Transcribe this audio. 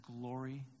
glory